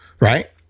right